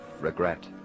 regret